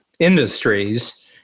industries